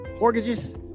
mortgages